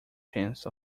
chance